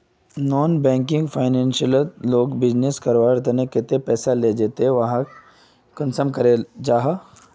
Non banking financial से लोग business करवार केते पैसा लिझे ते वहात कुंसम करे पैसा जमा करो जाहा?